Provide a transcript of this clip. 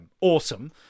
Awesome